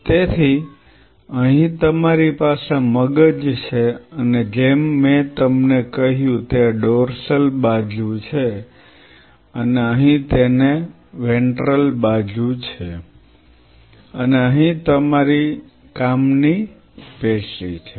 તેથી અહીં તમારી પાસે મગજ છે અને જેમ મેં તમને કહ્યું તે ડોર્સલ બાજુ છે અને અહીં તેની વેન્ટ્રલ બાજુ છે અને અહીં તમારી કામ ની પેશી છે